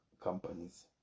companies